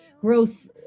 growth